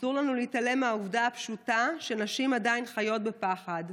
אסור לנו להתעלם מהעובדה הפשוטה שנשים עדיין חיות בפחד.